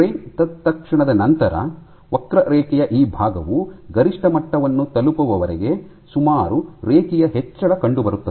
strain ತತ್ಕ್ಷಣದ ನಂತರ ವಕ್ರರೇಖೆಯ ಈ ಭಾಗವು ಗರಿಷ್ಠ ಮಟ್ಟವನ್ನು ತಲುಪುವವರೆಗೆ ಸುಮಾರು ರೇಖೀಯ ಹೆಚ್ಚಳ ಕಂಡುಬರುತ್ತದೆ